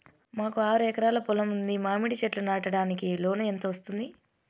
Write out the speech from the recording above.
మాకు ఆరు ఎకరాలు పొలం ఉంది, మామిడి చెట్లు నాటడానికి లోను ఎంత వస్తుంది?